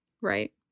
Right